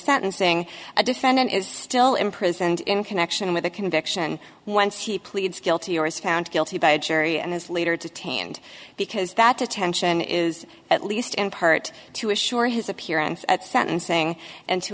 sentencing a defendant is still imprisoned in connection with the conviction once he pleads guilty or is found guilty by a jury and as leader to and because that detention is at least in part to assure his appearance at sentencing and to